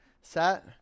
Set